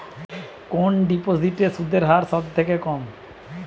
কোন ডিপোজিটে সুদের হার সবথেকে কম?